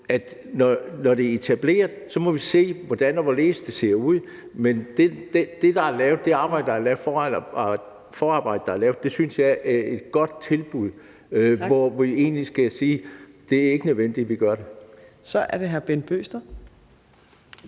Når det er etableret, må vi se, hvordan og hvorledes det ser ud. Men det forarbejde, der er lavet, synes jeg er et godt tilbud – derfor skal vi egentlig sige, at det ikke er nødvendigt, at vi gør det. Kl. 16:06 Fjerde